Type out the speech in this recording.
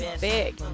big